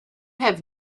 have